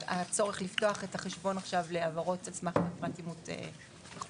הצורך לפתוח את החשבון עכשיו להעברות על סמך פרט אימות ייחודי.